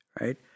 right